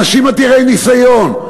אנשים עתירי ניסיון.